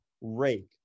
Rake